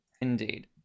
Indeed